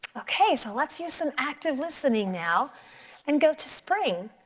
okay, so let's use some active listening now and go to spring.